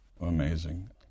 Amazing